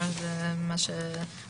השאלה